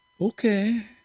Okay